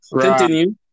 Continue